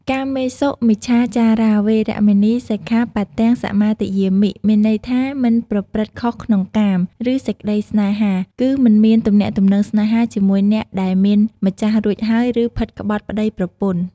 កាមេសុមិច្ឆាចារា វេរមណី សិក្ខាបទំ សមាទិយាមិ មានន័យថា មិនប្រព្រឹត្តខុសក្នុងកាម ឬសេចក្តីស្នេហា គឺមិនមានទំនាក់ទំនងស្នេហាជាមួយអ្នកដែលមានម្ចាស់រួចហើយ ឬផិតក្បត់ប្តីប្រពន្ធ។